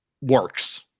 works